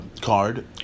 card